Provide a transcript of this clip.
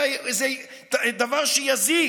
אלא זה דבר שיזיק.